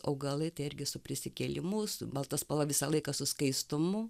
augalai tai irgi su prisikėlimu su balta spalva visą laiką su skaistumu